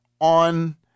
on –